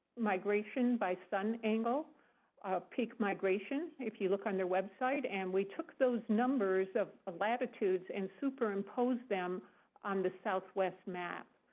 migration by sun angle, a peak migration, if you look on their website. and we took those numbers, the latitudes, and superimposed them on the southwest map.